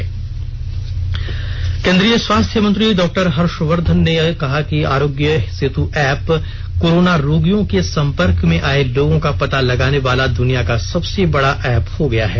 आरोग्य सेत् केन्द्रीय स्वास्थ्य मंत्री डॉक्टर हर्षवर्धन ने कहा कि आरोग्य सेतु ऐप कोरोना रोगियों के संपर्क में आए लोगों का पता लगाने वाला दुनिया का सबसे बडा ऐप हो गया है